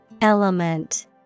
Element